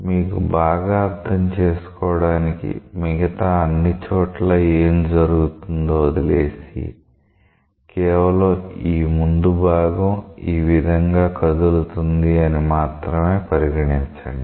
మీకు బాగా అర్థం కావడానికి మిగతా అన్ని చోట్ల ఏం జరుగుతుందో వదిలేసి కేవలం ఈ ముందు భాగం ఈ విధంగా కదులుతుంది అని మాత్రమే పరిగణించండి